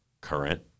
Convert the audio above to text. current